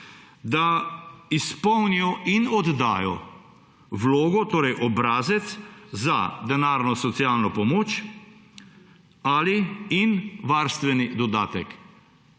da izpolnijo in oddajo vlogo, torej obrazec za denarno socialno pomoč in/ali varstveni dodatek.